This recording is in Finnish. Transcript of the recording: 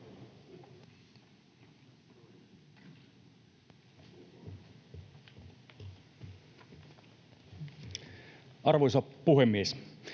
Arvoisa puhemies!